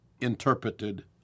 interpreted